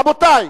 רבותי,